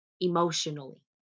emotionally